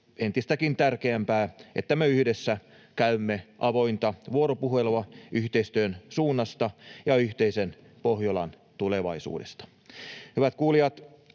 entistäkin tärkeämpää, että me yhdessä käymme avointa vuoropuhelua yhteistyön suunnasta ja yhteisen Pohjolan tulevaisuudesta. Hyvät kuulijat!